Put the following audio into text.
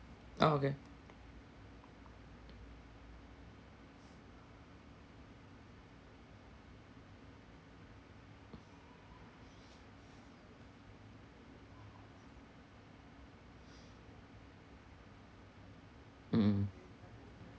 ah okay mm mm